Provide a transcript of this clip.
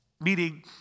Meaning